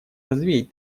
развеять